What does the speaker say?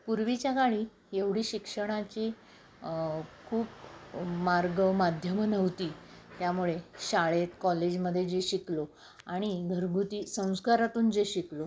पूर्वीच्या काळी एवढी शिक्षणाची खूप मार्ग माध्यमं नव्हती त्यामुळे शाळेत कॉलेजमध्ये जे शिकलो आणि घरगुती संस्कारातून जे शिकलो